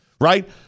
right